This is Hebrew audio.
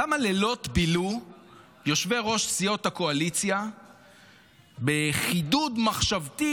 כמה לילות בילו יושבי-ראש סיעות הקואליציה בחידוד מחשבתי